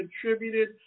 contributed